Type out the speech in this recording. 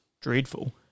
dreadful